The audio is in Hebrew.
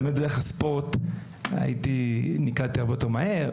6,000 ספורטאים שמשחקים כדורעף.